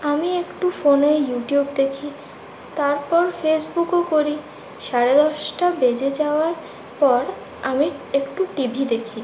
আমি একটু ফোনে ইউটিউব দেখি তারপর ফেসবুকও করি সাড়ে দশটা বেজে যাওয়ার পর আমি একটু টিভি দেখি